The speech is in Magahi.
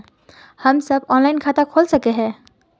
हम सब ऑनलाइन खाता खोल सके है?